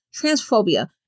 transphobia